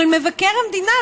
של מבקר המדינה,